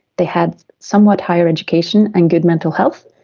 they had somewhat higher education and good mental health,